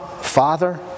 Father